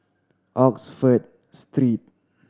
Oxford Street